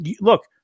look